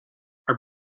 our